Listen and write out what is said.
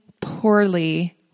poorly